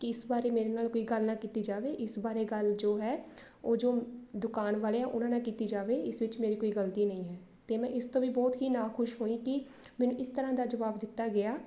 ਕਿ ਇਸ ਬਾਰੇ ਮੇਰੇ ਨਾਲ ਕੋਈ ਗੱਲ ਨਾ ਕੀਤੀ ਜਾਵੇ ਇਸ ਬਾਰੇ ਗੱਲ ਜੋ ਹੈ ਉਹ ਜੋ ਦੁਕਾਨ ਵਾਲੇ ਆ ਉਹਨਾਂ ਨਾਲ ਕੀਤੀ ਜਾਵੇ ਇਸ ਵਿੱਚ ਮੇਰੀ ਕੋਈ ਗਲਤੀ ਨਹੀਂ ਹੈ ਅਤੇ ਮੈਂ ਇਸ ਤੋਂ ਵੀ ਬਹੁਤ ਹੀ ਨਾ ਖੁਸ਼ ਹੋਈ ਕਿ ਮੈਨੂੰ ਇਸ ਤਰ੍ਹਾਂ ਦਾ ਜਵਾਬ ਦਿੱਤਾ ਗਿਆ